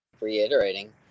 reiterating